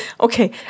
Okay